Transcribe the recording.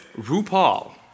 RuPaul